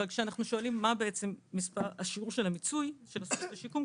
אבל כשאנחנו שואלים מה השיעור של המיצוי של סל השיקום,